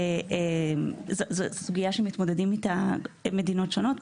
זו סוגיה שמתמודדות איתה מדינות שונות.